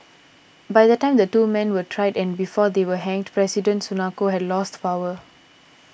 by the time the two men were tried and before they were hanged President Sukarno had lost power